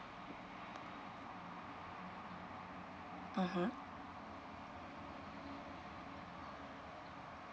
(uh huh)